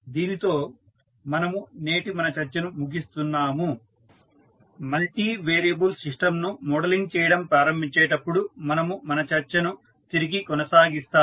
దీనితో మనము నేటి మన చర్చను ముగిస్తున్నాము మల్టీ వేరియబుల్ సిస్టంను మోడలింగ్ చేయడం ప్రారంభించేటప్పుడు మనము మన చర్చను తిరిగి కొనసాగిస్తాము